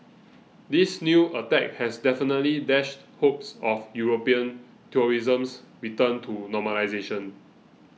this new attack has definitely dashed hopes of European tourism's return to normalisation